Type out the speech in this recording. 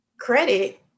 credit